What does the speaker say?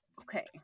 okay